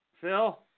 Phil